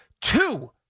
two